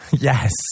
yes